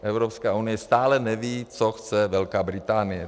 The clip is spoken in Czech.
Evropská unie stále neví, co chce Velká Británie.